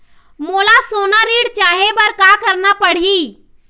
मोला सोना ऋण लहे बर का करना पड़ही?